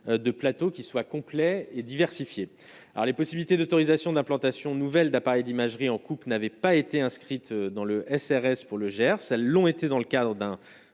de plateaux qui soit complet et diversifié, alors les possibilités d'autorisations d'implantations nouvelles d'appareils d'imagerie en Coupe n'avait pas été inscrite dans le SRS pour le Gers, elles l'ont été dans le cadre d'un